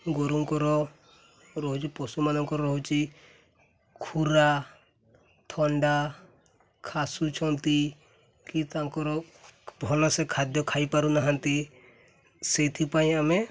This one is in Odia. ଗୋରୁଙ୍କର ରହୁଛି ପଶୁମାନଙ୍କର ରହୁଛି ଖୁରା ଥଣ୍ଡା ଖାସୁଛନ୍ତି କି ତାଙ୍କର ଭଲସେ ଖାଦ୍ୟ ଖାଇପାରୁନାହାନ୍ତି ସେଇଥିପାଇଁ ଆମେ